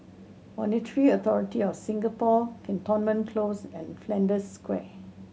Monetary Authority Of Singapore Cantonment Close and Flanders Square